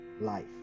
Life